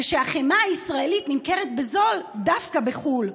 ושהחמאה הישראלית נמכרת בזול דווקא בחו"ל.